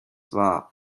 war